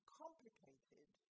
complicated